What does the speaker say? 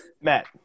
Matt